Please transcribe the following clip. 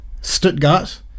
Stuttgart